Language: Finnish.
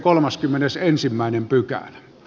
arvoisa puhemies